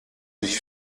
sich